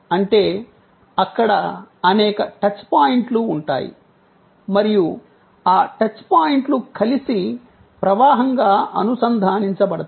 అంటే అక్కడ అనేక టచ్ పాయింట్లు ఉంటాయి మరియు ఆ టచ్ పాయింట్లు కలిసి ప్రవాహంగా అనుసంధానించబడతాయి